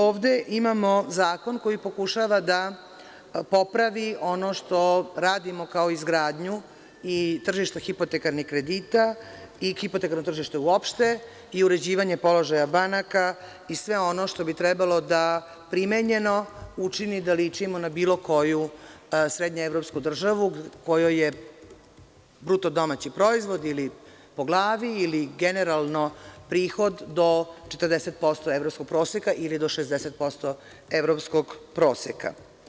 Ovde imamo zakon koji pokušava da popravi ono što radimo kao izgradnju i tržište hipotekarnih kredita i hipotekarno tržište, uopšte i uređivanje položaja banaka i sve ono što bi trebalo da primenjeno, učini da ličimo na bilo koju srednjeevropsku državu, kojoj je BDP ili po glavi ili generalno, prihod do 40% evropskog proseka ili do 60% evropskog proseka.